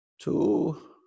Two